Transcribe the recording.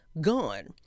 gone